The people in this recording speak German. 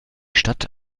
stadt